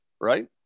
right